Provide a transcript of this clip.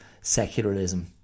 secularism